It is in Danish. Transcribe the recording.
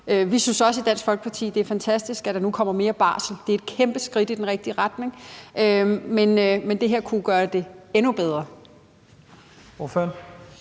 Vi synes også i Dansk Folkeparti, at det er fantastisk, at der nu kommer mere barsel. Det er et kæmpe skridt i den rigtige retning, men det her ændringsforslag kunne gøre det endnu bedre.